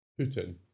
putin